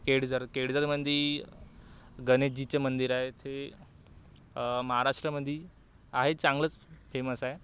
केडजर केडझरमध्ये गणेशजीचं मंदिर आहे ते महाराष्ट्रामध्ये आहे चांगलंच फेमस आहे